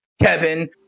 Kevin